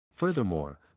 Furthermore